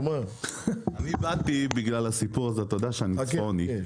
אני באתי בגלל הסיפור הזה, אתה יודע שאני צפוני.